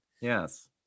Yes